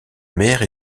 mère